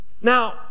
Now